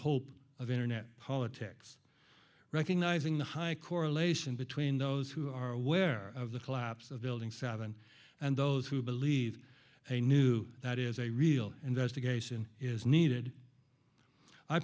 hope of internet politics recognizing the high correlation between those who are aware of the collapse of building seven and those who believe a new that is a real investigation is needed i